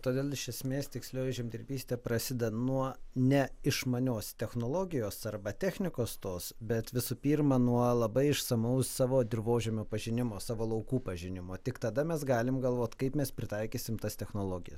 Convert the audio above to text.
todėl iš esmės tikslioji žemdirbystė prasideda nuo ne išmanios technologijos arba technikos tos bet visų pirma nuo labai išsamaus savo dirvožemio pažinimo savo laukų pažinimo tik tada mes galim galvot kaip mes pritaikysim tas technologijas